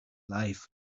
life